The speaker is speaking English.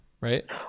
right